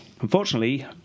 Unfortunately